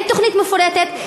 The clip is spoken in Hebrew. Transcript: אין תוכנית מפורטת.